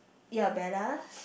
ya Bella